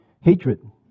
Hatred